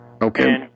Okay